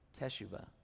teshuva